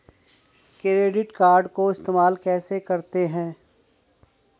Credit card को इस्तेमाल कैसे करते हैं?